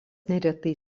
neretai